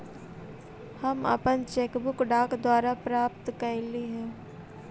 हम अपन cheque book डाक द्वारा प्राप्त कईली हे